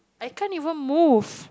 I can't even move